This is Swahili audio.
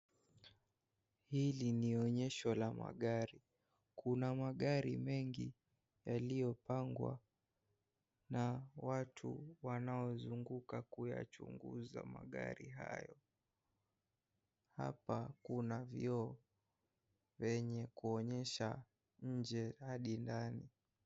Hili ni onyesho la magari, kuna magari mengi yaliyopangwa na watu wanaozunguka kuyachunguza magari hayo hapa kuna vioo vyenye kuonyesha nje hadi ndani.